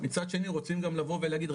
מצד שני רוצים גם לבוא ולהגיד,